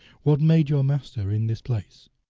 what made your master in this place?